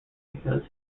because